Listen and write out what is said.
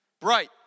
Bright